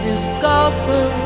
discover